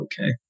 okay